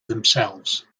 themselves